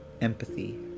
empathy